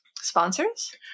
sponsors